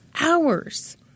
hours